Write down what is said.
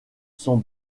sont